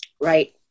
Right